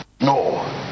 no